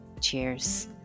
Cheers